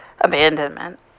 abandonment